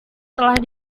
telah